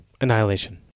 Annihilation